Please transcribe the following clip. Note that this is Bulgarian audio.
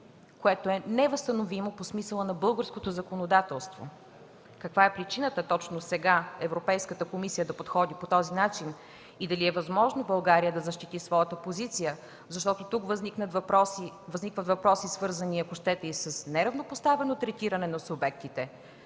което е невъзстановимо по смисъла на българското законодателство. Каква е причината точно сега Европейската комисия да подходи по този начин и дали е възможно България да защити своята позиция? Защото тук възникват въпроси, свързани, ако щете, с неравнопоставено третиране на субектите